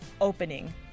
opening